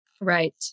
Right